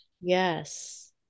yes